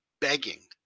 begging